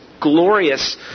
glorious